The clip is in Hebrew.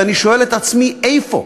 ואני שואל את עצמי: איפה?